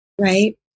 right